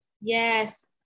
Yes